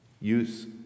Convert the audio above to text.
use